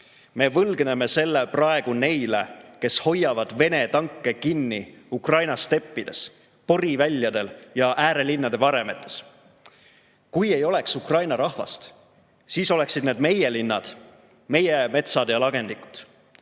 Me võlgneme selle praegu neile, kes hoiavad Vene tanke kinni Ukraina steppides, poriväljadel ja äärelinnade varemetes. Kui ei oleks Ukraina rahvast, siis oleksid need meie linnad, meie metsad ja lagendikud.